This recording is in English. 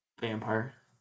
Vampire